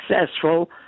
successful